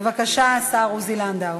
בבקשה, השר עוזי לנדאו.